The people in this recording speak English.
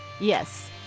Yes